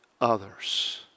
others